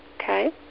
Okay